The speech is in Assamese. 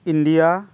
ইণ্ডিয়া